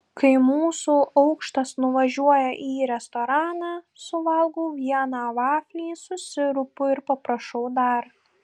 kai mūsų aukštas nuvažiuoja į restoraną suvalgau vieną vaflį su sirupu ir paprašau dar